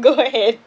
go ahead